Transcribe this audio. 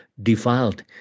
defiled